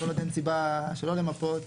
זאת אומרת, אין סיבה שלא למפות.